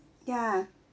ya